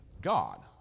god